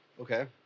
Okay